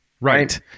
right